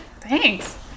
Thanks